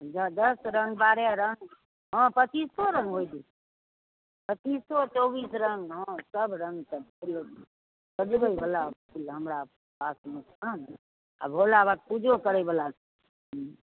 दश रङ्ग बारह रङ्ग हँ पचीसो रङ्ग होइत छै पचीसो चौबीस रङ्ग हँ सब रङ्गके फूलो सजबै बला फूल हमरा पासमे छनि आ भोला बाबाके पूजो करै बला हँ